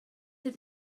ydy